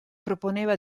proponeva